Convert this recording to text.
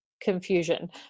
confusion